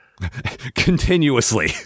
Continuously